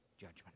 judgment